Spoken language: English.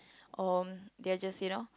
or they are just you know